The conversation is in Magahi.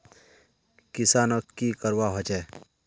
किसानोक की करवा होचे?